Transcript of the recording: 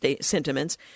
sentiments